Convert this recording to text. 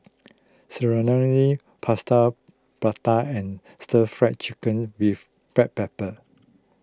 Serunding Plaster Prata and Stir Fried Chicken with Black Pepper